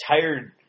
tired